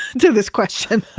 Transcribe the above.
to this question.